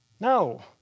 No